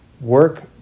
work